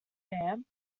dam